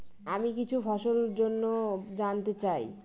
আমি কিছু ফসল জন্য জানতে চাই